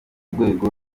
rwego